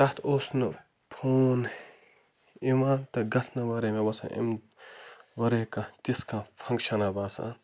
تتھ اوس نہٕ فون یِوان تہِ گَژھنہٕ ورٲے مےٚ باسان أمۍ ورٲے کانٛہہ تِژھ کانٛہہ فَنکشَنا باسان